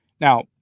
Now